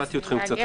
איבדתי אתכם קצת.